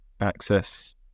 access